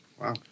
Wow